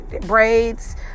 braids